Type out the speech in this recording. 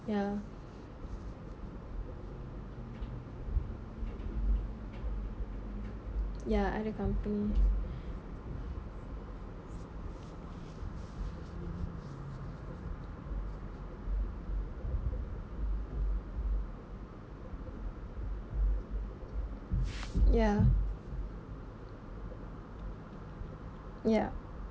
ya ya other company ya ya